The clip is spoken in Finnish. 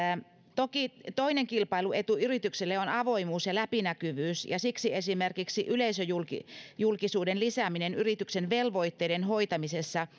toki toinen kilpailuetu yritykselle on avoimuus ja läpinäkyvyys ja siksi esimerkiksi yleisöjulkisuuden lisäämisen yrityksen velvoitteiden hoitamisessa